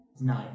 nine